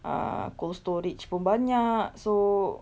ah cold storage pun banyak so